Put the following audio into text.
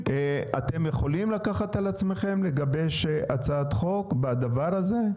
אתם יכולים לקחת על עצמכם לגבש הצעת חוק בדבר הזה?